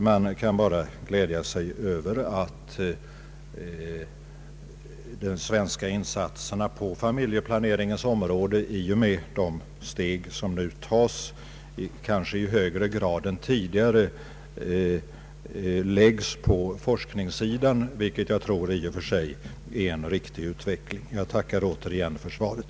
Man kan bara glädja sig över att de svenska insatserna på familjeplaneringens område i och med det steg som nu tas kanske i högre grad än tidigare läggs på forskningssidan, vilket jag tror i och för sig innebär en riktig utveckling. Herr talman! Jag tackar än en gång för svaret.